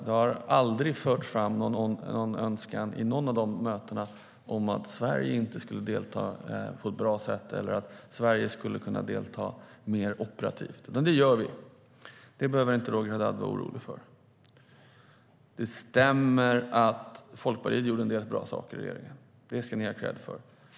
Det har aldrig vid något av de mötena förts fram att Sverige inte skulle delta på ett bra sätt eller att Sverige skulle kunna delta mer operativt. Det gör vi; det behöver inte Roger Haddad vara orolig för. Det stämmer att Folkpartiet gjorde en del bra saker i regeringen. Det ska ni ha kredd för.